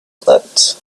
float